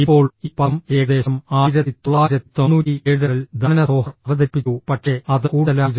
ഇപ്പോൾ ഈ പദം ഏകദേശം 1997 ൽ ദാന സോഹർ അവതരിപ്പിച്ചു പക്ഷേ അത് കൂടുതലായിരുന്നു